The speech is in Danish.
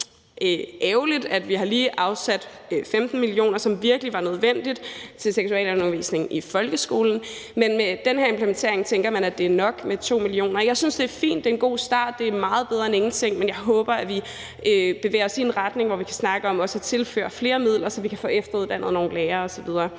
ærgerligt, at vi lige har afsat 15 mio. kr., som virkelig var nødvendigt, til seksualundervisning i folkeskolen, men at med den her implementering tænker man at det er nok med 2 mio. kr. Jeg synes, det er fint – det er en god start, og det er meget bedre end ingenting – men jeg håber, at vi bevæger os i en retning, hvor vi kan snakke om også at tilføre flere midler, så vi kan få efteruddannet nogle lærere osv.